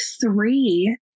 three